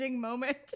moment